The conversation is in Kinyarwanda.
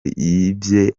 yibye